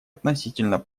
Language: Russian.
относительно